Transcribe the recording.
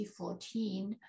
2014